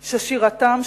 ששירתם,